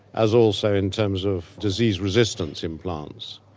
as also in terms of disease resistance in plants.